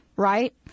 right